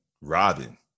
robin